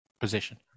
position